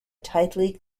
tightly